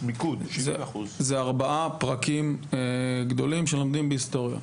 זה ארבעה פרקים גדולים שלומדים בהיסטוריה,